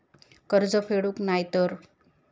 कर्ज फेडूक नाय तर?